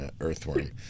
earthworm